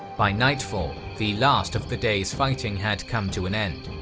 by nightfall, the last of the days' fighting had come to an end.